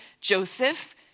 Joseph